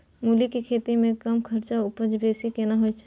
मूली के खेती में कम खर्च में उपजा बेसी केना होय है?